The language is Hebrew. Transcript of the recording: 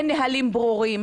אין נהלים ברורים.